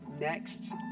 NEXT